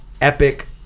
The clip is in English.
epic